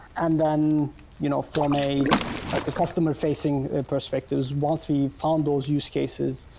and then you know from a like customer-facing perspective, once we found those use cases,